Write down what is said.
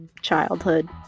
childhood